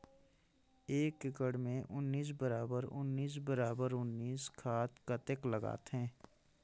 एक एकड़ मे उन्नीस बराबर उन्नीस बराबर उन्नीस खाद कतेक लगथे?